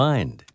Mind